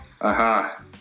Aha